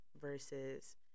versus